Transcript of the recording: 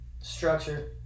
structure